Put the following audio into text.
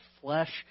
flesh